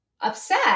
upset